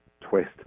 twist